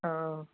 औ